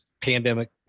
pandemic